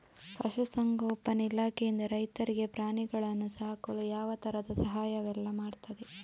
ಪಶುಸಂಗೋಪನೆ ಇಲಾಖೆಯಿಂದ ರೈತರಿಗೆ ಪ್ರಾಣಿಗಳನ್ನು ಸಾಕಲು ಯಾವ ತರದ ಸಹಾಯವೆಲ್ಲ ಮಾಡ್ತದೆ?